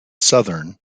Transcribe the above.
southern